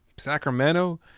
sacramento